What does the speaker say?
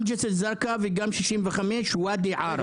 גם ג'סר א-זרקא וגם 65 ואדי ערה.